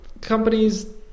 companies